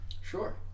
Sure